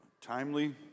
timely